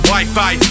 Wi-Fi